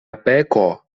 beko